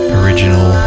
original